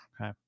Okay